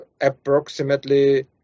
approximately